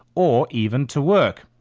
or even to work.